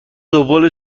دنبال